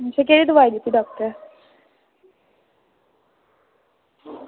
दस्सो केह्ड़ी दोआई दित्ती डॉक्टरै